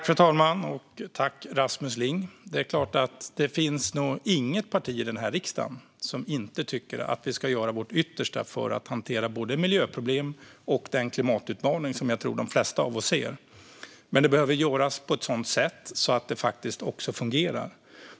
Fru talman! Tack för frågan, Rasmus Ling! Det finns nog inget parti i den här riksdagen som inte tycker att vi ska göra vårt yttersta för att hantera både miljöproblemen och den klimatutmaning som jag tror att de flesta av oss ser. Men det behöver göras på ett sådant sätt att det faktiskt också fungerar.